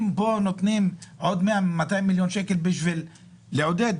אם פה נותנים עוד 100 200 מיליון שקל בשביל לעודד,